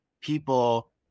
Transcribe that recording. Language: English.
people